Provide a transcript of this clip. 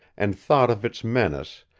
and thought of its menace,